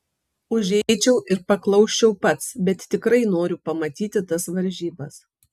užeičiau ir paklausčiau pats bet tikrai noriu pamatyti tas varžybas